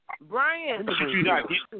Brian